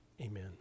Amen